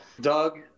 Doug